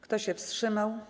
Kto się wstrzymał?